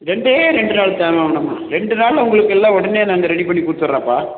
ரெண்டே ரெண்டு நாள் தான்ம்மா ஆம்மா ரெண்டு நாளில் உங்களுக்கு எல்லாம் உடனே நாங்கள் இந்த ரெடி பண்ணி கொடுத்துறேப்பா